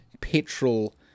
petrol